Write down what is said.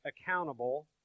accountable